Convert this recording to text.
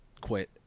Quit